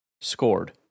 scored